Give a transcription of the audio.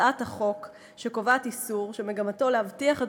הצעת החוק קובעת איסור שמגמתו להבטיח את